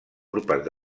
urpes